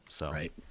Right